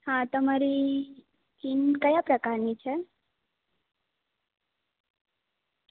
હા તમારી સ્કીન ક્યા પ્રકારની છે